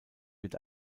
wird